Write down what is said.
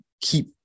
keep